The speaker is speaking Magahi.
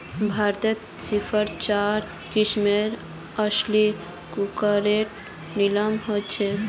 भारतत सिर्फ चार किस्मेर असली कुक्कटेर नस्ल हछेक